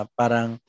parang